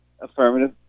affirmative